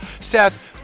Seth